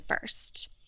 first